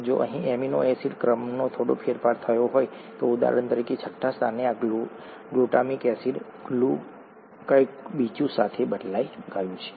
જો અહીં amino acid ક્રમમાં થોડો ફેરફાર થયો હોય ઉદાહરણ તરીકે છઠ્ઠા સ્થાને આ ગ્લુટામિક એસિડ ગ્લુ કંઈક બીજું સાથે બદલાઈ ગયું છે